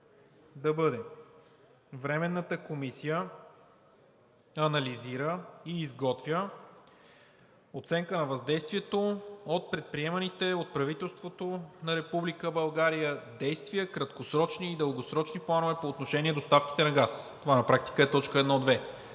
да бъде: „Временната комисия анализира и изготвя оценка на въздействието от предприеманите от правителството на Република България действия, краткосрочни и дългосрочни планове по отношение доставките на газ.“ Това на практика е т. 1.2